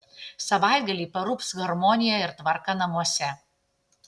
savaitgalį parūps harmonija ir tvarka namuose